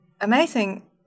amazing